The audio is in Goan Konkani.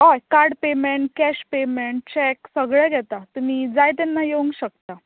हय card payment cash payment cheque सगळें घेता तुमी जाय तेन्ना येवंक शकतात